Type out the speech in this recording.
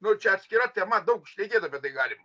nu čia atskira tema daug šnekėt apie tai galim